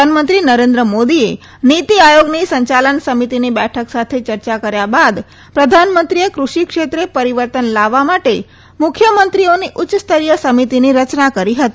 પ્રધાનમંત્રી નરેન્દ્ર મોદીએ નીતિ આયોગની સંચાલન સમિતિની બેઠક સાથે ચર્ચા કર્યા બાદ પ્રધાનમંત્રીએ કૃષિ ક્ષેત્રે પરિવર્તન લાવવા માટે મુખ્યમંત્રીઓની ઉચ્યસ્તરીય સમિતિની રચના કરી હતી